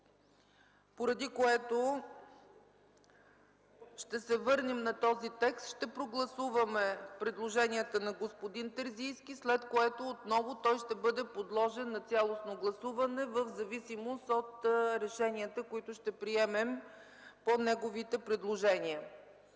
поради което ще се върнем на този текст, ще прогласуваме предложенията на господин Терзийски, след което отново ще бъде подложен на цялостно гласуване в зависимост от решенията, които ще приемем по неговите предложения.